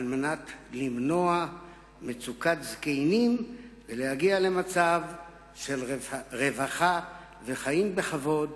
על מנת למנוע מצוקת זקנים ולהביא למצב של רווחה וחיים בכבוד